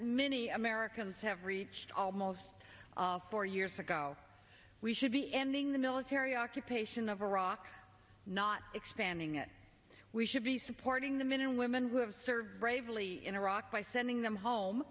many americans have reached almost four years ago we should be ending the military occupation of iraq not expanding it we should be supporting them in women who have served bravely in iraq by sending them home